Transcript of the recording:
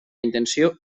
intenció